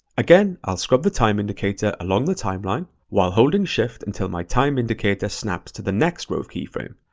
again, i'll scrub the time indicator along the timeline while holding shift until my time indicator snaps to the next rove keyframe.